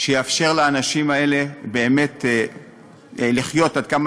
שיאפשר לאנשים האלה באמת לחיות עד כמה